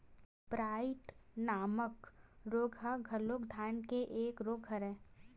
blight नामक रोग ह घलोक धान के एक रोग हरय